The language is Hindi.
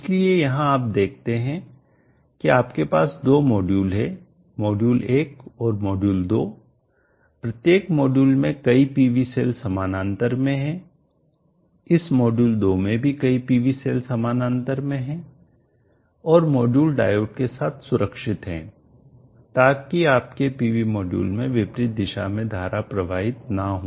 इसलिए यहाँ आप देखते हैं कि आपके पास दो मॉड्यूल हैं मॉड्यूल 1 और मॉड्यूल 2 प्रत्येक मॉड्यूल में कई पीवी सेल समानांतर में हैं इस मॉड्यूल 2 में भी कई पीवी सेल समानांतर में हैं और मॉड्यूल डायोड के साथ सुरक्षित हैं ताकि आपके पीवी मॉड्यूल में विपरीत दिशा में धारा प्रवाहित ना हो